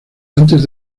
antes